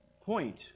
point